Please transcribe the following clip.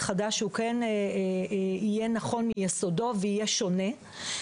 חדש שהוא כן יהיה נכון מיסודו ויהיה שונה,